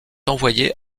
envoyée